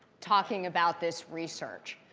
talking about this research.